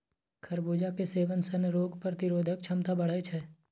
खरबूजा के सेवन सं रोग प्रतिरोधक क्षमता बढ़ै छै